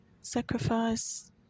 sacrifice